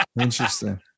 Interesting